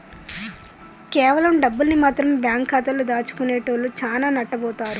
కేవలం డబ్బుల్ని మాత్రమె బ్యేంకు ఖాతాలో దాచుకునేటోల్లు చానా నట్టబోతారు